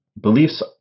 Beliefs